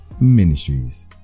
Ministries